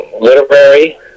literary